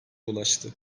ulaştı